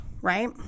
right